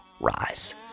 rise